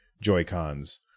Joy-Cons